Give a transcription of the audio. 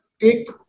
Take